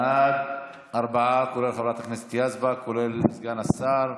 בעד, ארבעה, כולל חברת הכנסת יזבק, כולל סגן השר,